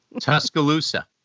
Tuscaloosa